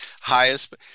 Highest